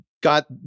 got